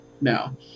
No